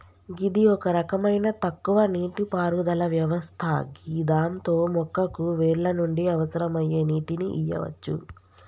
గిది ఒక రకమైన తక్కువ నీటిపారుదల వ్యవస్థ గిదాంతో మొక్కకు వేర్ల నుండి అవసరమయ్యే నీటిని ఇయ్యవచ్చు